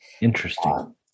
Interesting